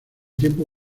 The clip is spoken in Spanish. tiempo